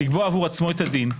לקבוע עבור עצמו את הדין,